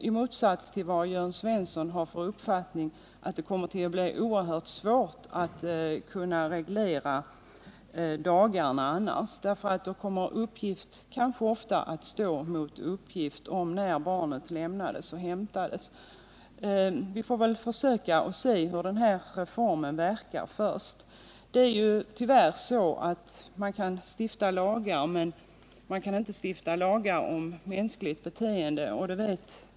I motsats till Jörn Svensson fruktar jag nämligen att det kommer att bli oerhört svårt att reglera dagarna annars, eftersom uppgift ofta kunde komma att stå mot uppgift i fråga om när barnet lämnades och hämtades. Vi får väl försöka avvakta hur den här reformen verkar innan vi ändrar på den. Man kan ju stifta lagar, men tyvärr inte lagar om mänskligt beteende.